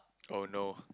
oh no